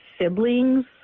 siblings